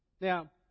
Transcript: Now